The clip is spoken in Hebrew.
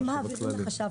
הם מעבירים לחשב